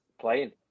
playing